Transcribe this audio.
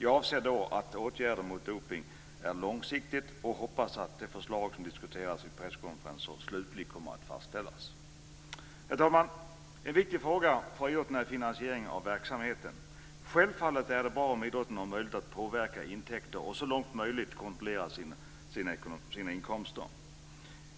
Jag avser då att åtgärder mot dopning ska vara långsiktiga. Jag hoppas att det förslag som diskuteras vid presskonferenser slutligt kommer att fastställas. Herr talman! En viktig fråga för idrotten är finansieringen av verksamheten. Självfallet är det bra om idrotten har möjlighet att påverka intäkterna och så långt som möjlig kontrollera sina inkomster.